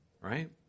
right